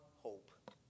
hope